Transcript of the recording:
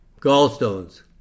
gallstones